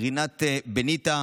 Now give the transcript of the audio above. רינת בניטה